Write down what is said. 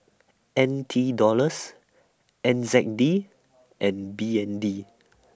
N T Dollars N Z D and B N D